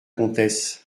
comtesse